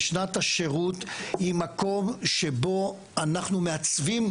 ושנת השירות היא מקום שבו אנחנו מעצבים,